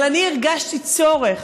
אבל הרגשתי צורך,